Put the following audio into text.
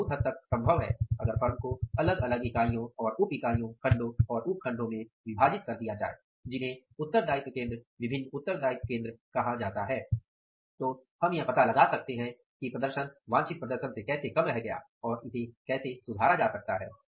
यह बहुत हद तक संभव है अगर फर्म को अलग अलग इकाइयों और उप इकाइयों खंडो और उपखंडों में विभाजित कर दिया जाये जिन्हें उत्तरदायित्व केंद्र विभिन्न उत्तरदायित्व केंद्र कहा जाता है तो हम यह पता लगा सकते हैं कि प्रदर्शन वांछित प्रदर्शन से कैसे कम रह गया और इसे कैसे सुधारा जा सकता है